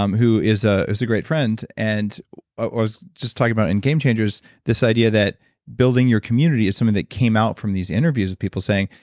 um who is ah is a great friend. and i was just talking about in game changers this idea that building your community is something that came out from these interviews with people saying,